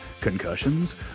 Concussions